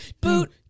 Boot